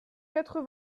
quatre